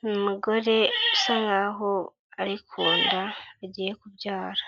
ni umugore usa nkaho ari ku nda agiye kubyara.